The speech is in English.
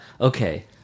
Okay